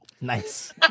Nice